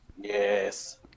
Yes